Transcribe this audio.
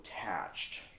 attached